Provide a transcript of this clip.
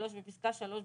(3)בפסקה (3),